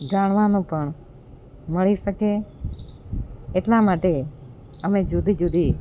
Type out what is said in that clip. જાણવાનું પણ મળી શકે એટલા માટે અમે જુદી જુદી